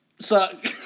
Suck